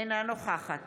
אינה נוכחת